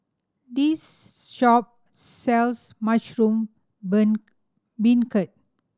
this shop sells mushroom beancurd